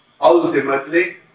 ultimately